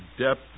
depth